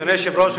אדוני היושב-ראש,